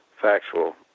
factual